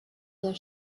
der